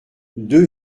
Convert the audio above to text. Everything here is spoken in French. deux